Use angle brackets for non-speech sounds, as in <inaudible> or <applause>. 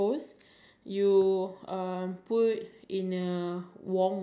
to clear like no <breath> to clean to clean this